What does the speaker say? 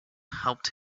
helped